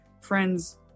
friends